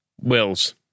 Wills